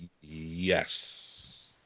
Yes